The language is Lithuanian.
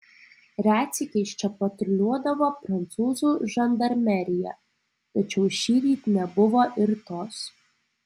retsykiais čia patruliuodavo prancūzų žandarmerija tačiau šįryt nebuvo ir tos